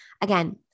Again